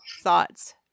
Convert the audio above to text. thoughts